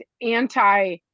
anti